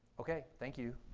okay. thank you.